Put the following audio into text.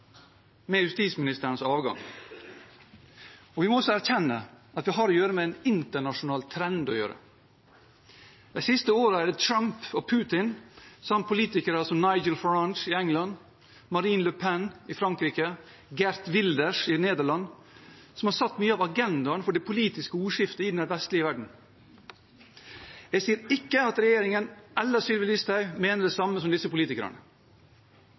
med justisministerens avgang. Vi må også erkjenne at vi har å gjøre med en internasjonal trend. De siste årene er det Trump og Putin samt politikere som Nigel Farage i England, Marine Le Pen i Frankrike og Geert Wilders i Nederland som har satt mye av agendaen for det politiske ordskiftet i den vestlige verden. Jeg sier ikke at regjeringen eller Sylvi Listhaug mener det samme som disse politikerne,